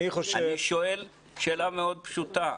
אני שואל שאלה מאוד פשוטה,